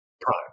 prime